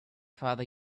father